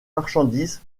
marchandise